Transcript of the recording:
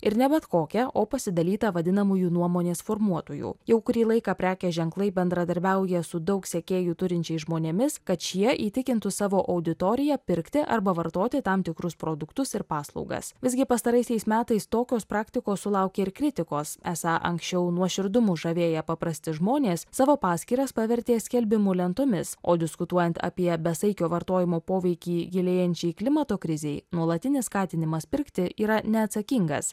ir ne bet kokią o pasidalytą vadinamųjų nuomonės formuotojų jau kurį laiką prekės ženklai bendradarbiauja su daug sekėjų turinčiais žmonėmis kad šie įtikintų savo auditoriją pirkti arba vartoti tam tikrus produktus ir paslaugas visgi pastaraisiais metais tokios praktikos sulaukė ir kritikos esą anksčiau nuoširdumu žavėję paprasti žmonės savo paskyras pavertė skelbimų lentomis o diskutuojant apie besaikio vartojimo poveikį gilėjančiai klimato krizei nuolatinis skatinimas pirkti yra neatsakingas